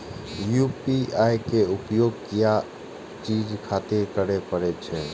UPI के उपयोग किया चीज खातिर करें परे छे?